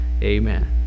amen